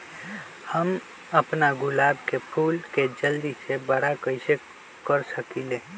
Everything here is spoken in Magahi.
हम अपना गुलाब के फूल के जल्दी से बारा कईसे कर सकिंले?